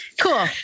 cool